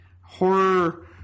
horror